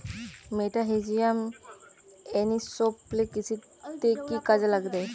মেটাহিজিয়াম anisopliae কৃষিতে কি কাজে দেয়?